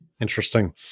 Interesting